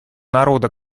народа